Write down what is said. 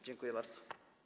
Dziękuję bardzo.